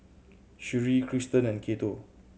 Sherree Krysten and Cato